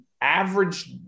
average